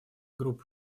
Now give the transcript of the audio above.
групп